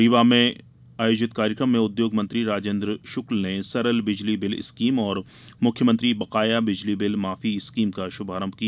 रीवा में आयोजित कार्यक्रम में उद्योग मंत्री राजेन्द्र शुक्ल ने सरल बिजली बिल स्कीम और मुख्यमंत्री बकाया बिजली बिल माफी स्कीम का शुभारंभ किया